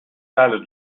salle